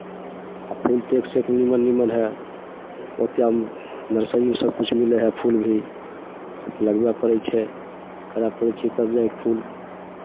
आ फूल तऽ एकसँ एक नीमन नीमन हइ ओतेक आब नर्सरीमे सभकिछु मिलै हइ फूल भी सभ लगबय पड़ै छै करय पड़ै छै तब जाय कऽ फूल